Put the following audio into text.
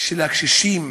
של הקשישים